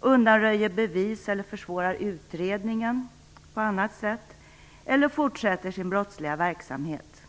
undanröjer bevis eller försvårar utredningen på annat sätt eller fortsätter sin brottsliga verksamhet.